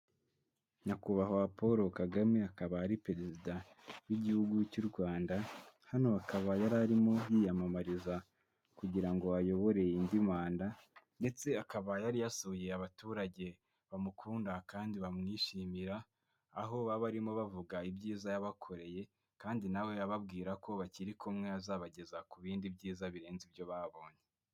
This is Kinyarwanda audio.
Nyakubahwa Paul Kagame akaba ari perezida w'igihugu cy'u Rwanda, hano akaba yari arimo yiyamamariza kugira ngo ayobore indi manda ndetse akaba yari yasuye abaturage bamukunda kandi bamwishimira, aho bari barimo bavuga ibyiza yabakoreye kandi na we ababwira ko bakiri kumwe azabageza ku bindi byiza birenze ibyo babonye.